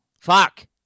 Fuck